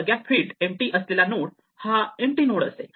सगळ्या field empty असलेला node हा एम्पटी नोड असेल